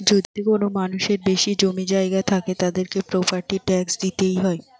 যদি কোনো মানুষের বেশি জমি জায়গা থাকে, তাদেরকে প্রপার্টি ট্যাক্স দিইতে হয়